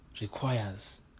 requires